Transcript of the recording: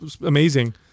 amazing